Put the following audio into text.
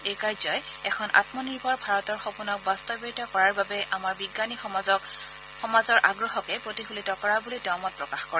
এই কাৰ্যই এখন আমনিৰ্ভৰ ভাৰতৰ সপোনক বাস্তৱায়িত কৰাৰ বাবে আমাৰ বিজ্ঞানী সমাজৰ আগ্ৰহকে প্ৰতিফলিত কৰা বুলিও তেওঁ মত প্ৰকাশ কৰে